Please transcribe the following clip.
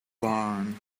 barn